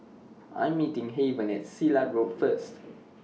I'm meeting Heaven At Silat Road First